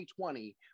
2020